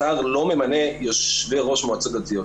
השר לא ממנה יושבי ראש מועצות דתיות.